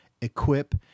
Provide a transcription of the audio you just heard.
equip